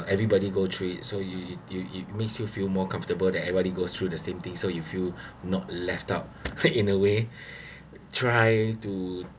everybody go through it so you you you makes you feel more comfortable than everybody goes through the same thing so you feel not left out in a way try to